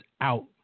out